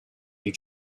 you